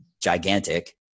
Gigantic